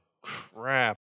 crap